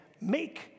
make